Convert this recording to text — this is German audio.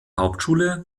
hauptschule